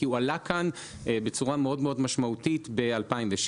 כי הוא עלה כאן בצורה משמעותית מאוד ב-2007.